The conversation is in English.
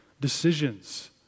decisions